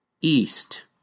East